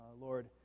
Lord